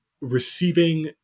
receiving